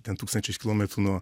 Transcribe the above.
ten tūkstančius kilometrų nuo